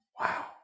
Wow